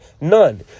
none